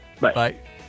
Bye